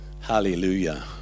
Hallelujah